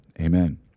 Amen